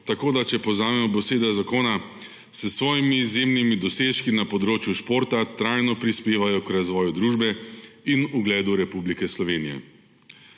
tako da če povzamem z besedami zakona – s svojimi izjemnimi dosežki na področju športa trajno prispevajo k razvoju družbe in ugledu Republike Slovenije.